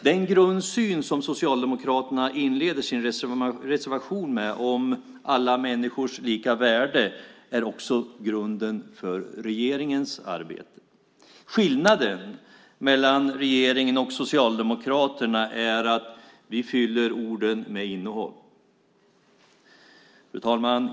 Den grundsyn som Socialdemokraterna inleder sin reservation med om alla människors lika värde är också grunden för regeringens arbete. Skillnaden mellan regeringen och Socialdemokraterna är att vi fyller orden med innehåll. Fru talman!